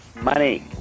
money